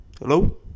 Hello